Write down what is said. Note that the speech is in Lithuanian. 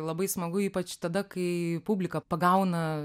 labai smagu ypač tada kai publika pagauna